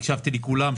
הקשבתי לכולם,